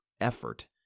effort